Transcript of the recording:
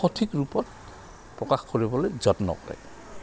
সঠিক ৰূপত প্ৰকাশ কৰিবলৈ যত্ন কৰে